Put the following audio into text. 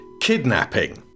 kidnapping